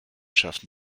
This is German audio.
schafften